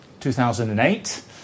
2008